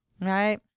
Right